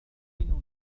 أيمكنني